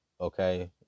Okay